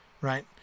right